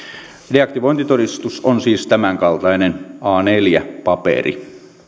deaktivointitodistus on siis tämän kaltainen a neljä paperi